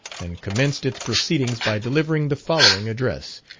and commenced its proceedings by delivering the following address,